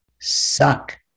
suck